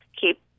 keep